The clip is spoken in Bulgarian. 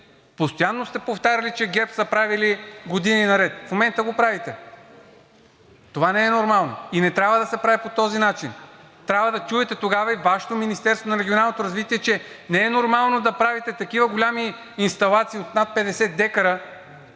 постоянно сте повтаряли, че ГЕРБ са правили години наред. В момента го правите! Това не е нормално и не трябва да се прави по този начин. Трябва да чуете тогава и Вашето Министерство на регионалното развитие, че не е нормално да правите такива големи инсталации от над 50 дка,